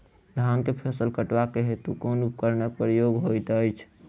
धान केँ फसल कटवा केँ हेतु कुन उपकरणक प्रयोग होइत अछि?